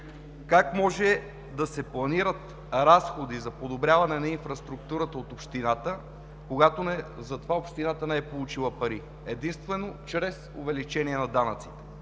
общината да се планират разходи за подобряване на инфраструктурата, когато за това общината не е получила пари? Единствено чрез увеличение на данъците!